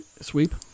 Sweep